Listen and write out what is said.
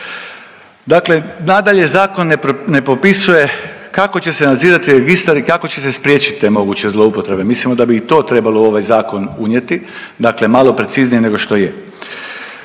Dakle, nadalje zakon ne propisuje kako će se nadzirati registar i kako će se spriječiti te moguće zloupotrebe. Mislimo da bi i to trebalo u ovaj zakon unijeti, dakle malo preciznije nego što je.